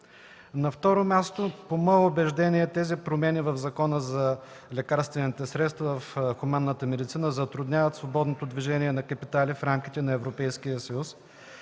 На второ място, по мое убеждение тези промени в Закона за лекарствените средства в хуманната медицина затрудняват свободното движение на капитали в рамките на Европейския съюз